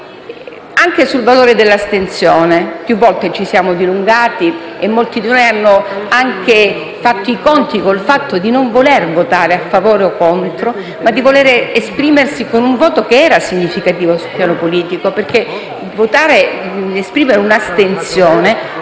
poi, al valore dell'astensione, più volte ci siamo dilungati e molti di noi hanno anche fatto i conti con il non volere votare a favore o contro, volendosi esprimere con un voto che era significativo sul piano politico. Infatti, esprimere un'astensione